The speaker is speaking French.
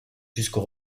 jusqu’aux